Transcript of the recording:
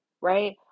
right